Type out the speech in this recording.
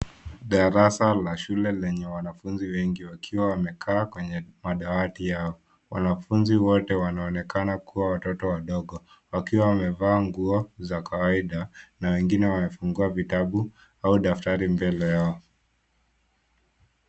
Darasa la shule lenye wanafunzi wengi wakiwa wamekaa kwenye madawati yao. Wanafunzi wote wanaonekana kuwa watoto wadogo wakiwa wamevaa nguo za kawaida na wengine wamefungua vitabu au daftari mbele yao.